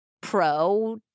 pro